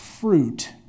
fruit